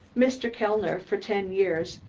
mr. kellner, for ten years,